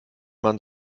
man